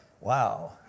wow